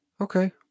Okay